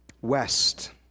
west